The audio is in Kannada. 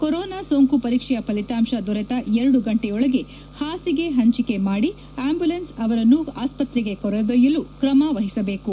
ಕೊರೊನಾ ಸೋಂಕು ಪರೀಕ್ಷೆಯ ಫಲಿತಾಂತ ದೊರೆತ ಎರಡು ಗಂಟಿಗಳೊಳಗೆ ಹಾಸಿಗೆ ಪಂಚಕೆ ಮಾಡಿ ಅಂಬ್ಯುಲೆನ್ಸ್ ಅವರನ್ನು ಆಸ್ತತ್ರೆಗೆ ಕರೆದೊಯ್ಯಲು ತ್ರಮ ಮಹಸಬೇಕು